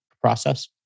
process